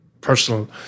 personal